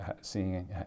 seeing